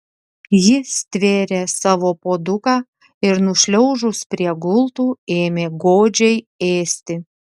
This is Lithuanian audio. ji stvėrė savo puoduką ir nušliaužus prie gultų ėmė godžiai ėsti